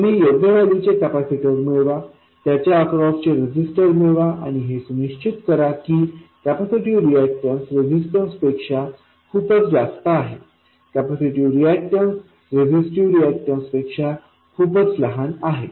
तुम्ही योग्य व्हॅल्यू चे कॅपेसिटर मिळवा त्याच्या अक्रास चे रेझिस्टर मिळवा आणि हे सुनिश्चित करा की कॅपेसिटिव रीएक्टन्स रेझिस्टन्सन्स पेक्षा खूपच जास्त आहे कॅपेसिटिव्ह रिएक्टन्स रेझिस्टीव्ह रिएक्टन्स पेक्षा खूपच लहान आहे